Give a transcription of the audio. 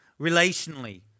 relationally